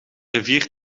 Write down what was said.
rivier